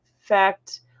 fact